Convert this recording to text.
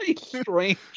strange